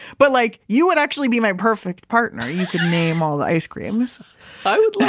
but like you would actually be my perfect partner. you could name all the ice creams i would love.